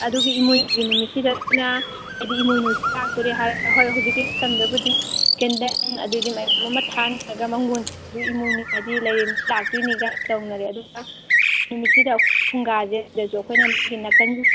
ꯑꯗꯨꯒꯤ ꯏꯃꯣꯏꯅꯨꯒꯤ ꯅꯨꯃꯤꯠꯁꯤꯗ ꯑꯩꯈꯣꯏꯅ ꯍꯥꯏꯗꯤ ꯏꯃꯣꯏꯅꯨꯁꯤ ꯂꯥꯛꯇꯣꯔꯦ ꯍꯥꯏꯔꯒ ꯍꯣꯏ ꯍꯧꯖꯤꯛꯀꯤ ꯃꯇꯝꯗꯕꯨꯗꯤ ꯀꯦꯟꯗꯜ ꯑꯗꯒꯤ ꯃꯌꯥꯝ ꯑꯃ ꯊꯥꯟꯅꯔꯒ ꯃꯥꯡꯒꯣꯜꯁꯤꯁꯨ ꯏꯃꯣꯏꯅꯨ ꯍꯥꯏꯗꯤ ꯂꯥꯏꯔꯦꯝꯕꯤ ꯂꯥꯛꯇꯣꯏꯅꯤ ꯀꯥꯏꯅ ꯇꯧꯅꯔꯦ ꯑꯗꯨꯒ ꯅꯨꯃꯤꯠꯁꯤꯗ ꯐꯨꯡꯒꯥꯁꯦ ꯁꯤꯗꯁꯨ ꯑꯩꯈꯣꯏꯅ ꯅꯥꯀꯟꯁꯤꯗ